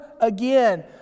again